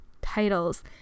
titles